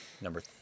number